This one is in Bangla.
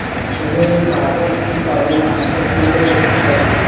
গৃহ ঋণ পাবো কি পাবো না সেটা কিভাবে দেখতে পারি?